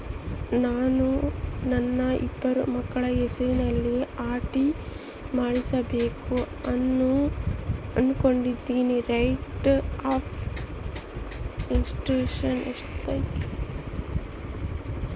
ನಾನು ನನ್ನ ಇಬ್ಬರು ಮಕ್ಕಳ ಹೆಸರಲ್ಲಿ ಆರ್.ಡಿ ಮಾಡಿಸಬೇಕು ಅನುಕೊಂಡಿನಿ ರೇಟ್ ಆಫ್ ಇಂಟರೆಸ್ಟ್ ಎಷ್ಟೈತಿ?